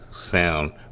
sound